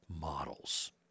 models